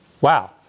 Wow